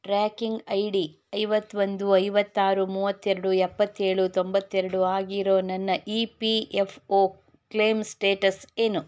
tracking I D ಐವತ್ತೊಂದು ಐವತ್ತಾರು ಮೂವತ್ತೆರಡು ಎಪ್ಪತ್ತೇಳು ತೊಂಬತ್ತೆರಡು ಆಗಿರೊ ನನ್ನ E P F O claim status ಏನು